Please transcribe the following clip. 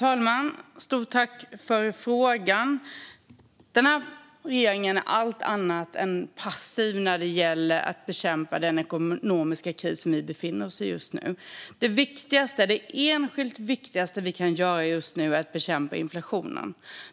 Herr talman! Regeringen är allt annat än passiv när det gäller att bekämpa den ekonomiska kris vi befinner oss i, och det enskilt viktigaste vi kan göra är att bekämpa inflationen.